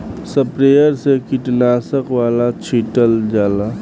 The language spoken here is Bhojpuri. स्प्रेयर से कीटनाशक वाला छीटल जाला